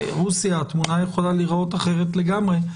רוסיה התמונה יכולה להיראות אחרת לגמרי.